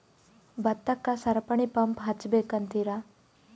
ಭತ್ತಕ್ಕ ಸರಪಣಿ ಪಂಪ್ ಹಚ್ಚಬೇಕ್ ಅಂತಿರಾ?